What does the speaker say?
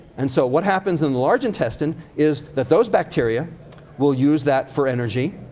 and so, what happens in the large intestine is that those bacteria will use that for energy.